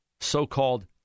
so-called